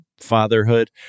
fatherhood